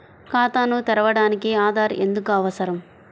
ఖాతాను తెరవడానికి ఆధార్ ఎందుకు అవసరం?